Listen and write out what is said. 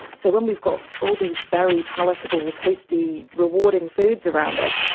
so when we've got all these very palatable, tasty, rewarding foods around us,